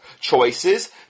Choices